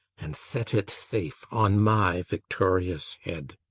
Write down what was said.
and set it safe on my victorious head.